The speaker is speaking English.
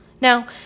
Now